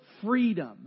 freedom